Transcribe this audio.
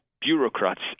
bureaucrats